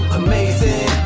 amazing